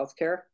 healthcare